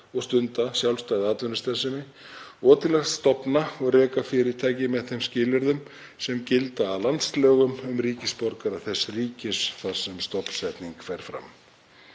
og stunda sjálfstæða atvinnustarfsemi og til að stofna og reka fyrirtæki með þeim skilyrðum sem gilda að landslögum um ríkisborgara þess ríkis þar sem stofnsetning fer fram.